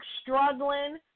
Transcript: struggling